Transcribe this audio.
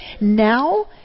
now